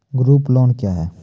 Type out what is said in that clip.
Group loan क्या है?